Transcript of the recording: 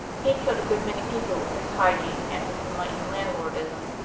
he'd killed a good many people with his hygiene and his enlightened landlordism.